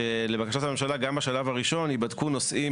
שלבקשת הממשלה גם בשלב הראשון יבדקו נושאים